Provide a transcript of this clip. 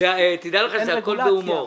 -- תדע לך שזה הכל בהומור.